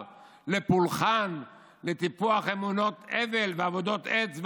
לפולחן ולטיפוח אמונות הבל ועבודות עץ ואבן.